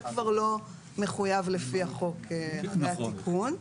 זה כבר לא מחויב לפי החוק אחרי התיקון.